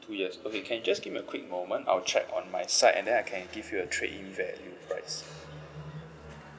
two years okay can you just give me a quick moment I will check on my side and then I can give you a trade in value price